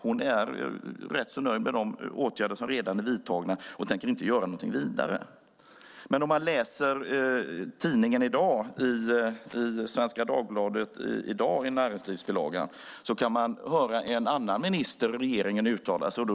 Hon är rätt nöjd med de åtgärder som redan är vidtagna och tänker inte göra någonting vidare. Men om man läser näringslivsbilagan i Svenska Dagbladet i dag ser man att det är en annan minister i regeringen som uttalar sig.